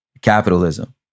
capitalism